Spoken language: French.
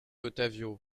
ottavio